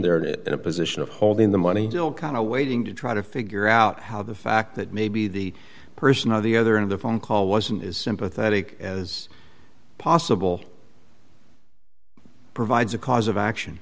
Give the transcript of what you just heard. it in a position of holding the money till kind of waiting to try to figure out how the fact that maybe the person on the other and the phone call wasn't as sympathetic as possible provides a cause of action